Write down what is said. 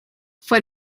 fue